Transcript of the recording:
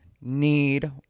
need